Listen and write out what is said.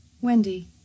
Wendy